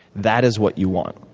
that is what you want.